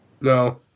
No